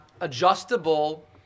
adjustable